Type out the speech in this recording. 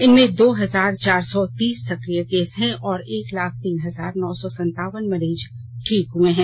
इनमें दो हजार चार सौ तीस सक्रिय केस हैं और एक लाख तीन हजार नौ सौ सनतावन मरीज ठीक हए हैं